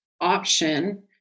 option